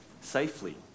safely